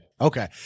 Okay